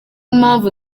mpamvu